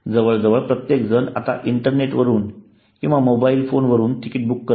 जवळजवळ प्रत्येकजण आता इंटरनेटवरून किंवा मोबाईल फोनवर तिकीट बुक करत आहे